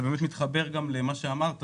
וזה מתחבר גם למה שאמרת